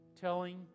telling